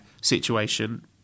situation